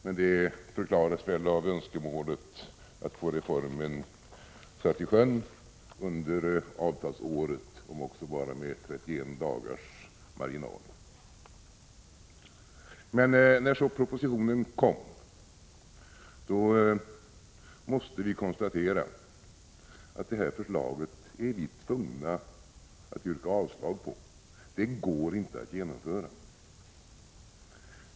Men det förklaras väl av önskemålet att få reformen satt i sjön under avtalsåret, om också bara med 31 dagars marginal. När så propositionen kom måste vi konstatera att vi var tvungna att yrka avslag på förslaget — det går inte att genomföra.